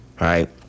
Right